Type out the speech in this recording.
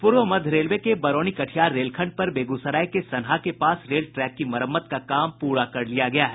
पूर्व मध्य रेलवे के बरौनी कटिहार रेलखंड पर बेगूसराय के सनहा के पास रेल ट्रैक की मरम्मत का काम पूरा कर लिया गया है